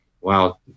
wow